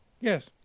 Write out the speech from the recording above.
Yes